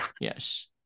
Yes